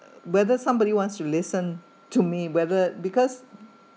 whether somebody wants to listen to me whether because